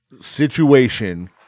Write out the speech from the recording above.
situation